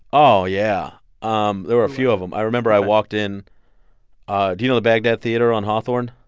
oh, yeah. um there were a few of them. i remember i walked in ah do you know the bagdad theater on hawthorne?